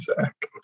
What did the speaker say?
Zach